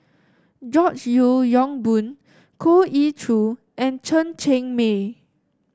George Yeo Yong Boon Goh Ee Choo and Chen Cheng Mei